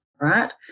right